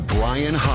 Brian